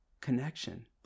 connection